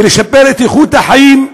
ואת איכות החיים,